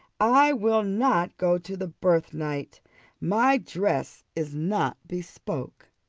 i will not go to the birthnight my dress is not bespoke.